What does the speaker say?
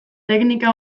teknika